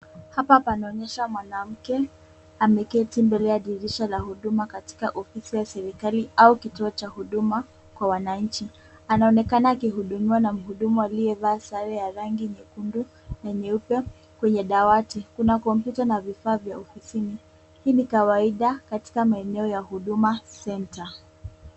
Hapa panaonyesha mwanamke ameketi mbele ya dirisha la huduma katika ofisi ya serikali au kituo cha huduma kwa wananchi. Anaonekana akihudumiwa na mhudumu aliyevaa sare ya rangi ya nyekundu na nyeupe. Kwenye dawati kuna kompyuta na vifaa vya ofisini, hii ni kawaida katika maeneo ya Huduma Centre .